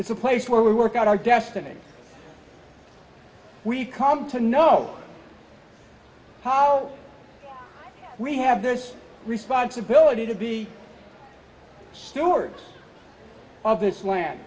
it's a place where we work out our destiny we come to know how we have this responsibility to be stewards of this land